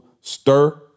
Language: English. stir